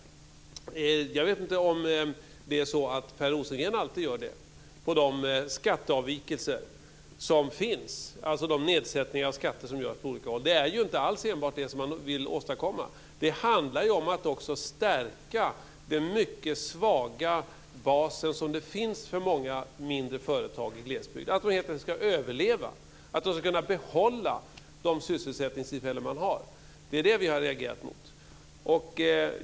Jag vet inte om Per Rosengren alltid gör det när det gäller de skatteavvikelser som finns, dvs. de nedsättningar av skatter som görs på olika håll. Det är inte alls enbart det som man vill åstadkomma. Det handlar om att också stärka den mycket svaga bas som många mindre företag i glesbygd har, så att de helt enkelt kan överleva och så att man kan behålla de sysselsättningstillfällen som finns. Det är det vi har reagerat emot.